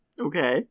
okay